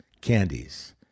candies